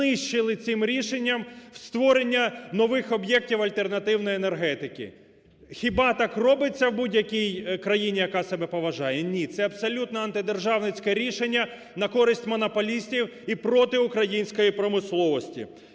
знищили цим рішення створення нових об'єктів альтернативної енергетики. Хіба так робиться в будь-якій країні, яка себе поважає? Ні, це абсолютно антидержавницьке рішення на користь монополістів і проти української промисловості.